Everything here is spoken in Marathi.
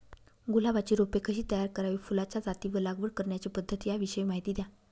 गुलाबाची रोपे कशी तयार करावी? फुलाच्या जाती व लागवड करण्याची पद्धत याविषयी माहिती द्या